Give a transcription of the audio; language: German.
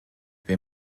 wir